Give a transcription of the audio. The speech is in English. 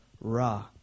ra